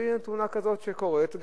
והנה תאונה כזאת שקורית,